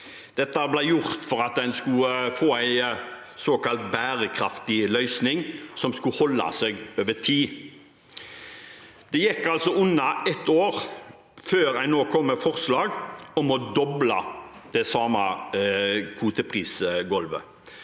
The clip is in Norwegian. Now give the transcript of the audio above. Det ble gjort for at en skulle få en såkalt bærekraftig løsning, som skulle holde seg over tid. Det gikk altså under ett år før en nå kommer med forslag om å doble det samme kvoteprisgulvet.